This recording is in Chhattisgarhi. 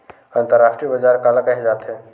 अंतरराष्ट्रीय बजार काला कहे जाथे?